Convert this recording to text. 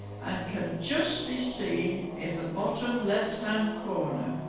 and can just be seen in the bottom left hand corner